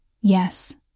Yes